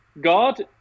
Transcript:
God